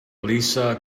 alissa